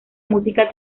música